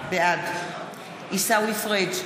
בעד עיסאווי פריג'